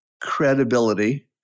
credibility